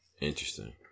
Interesting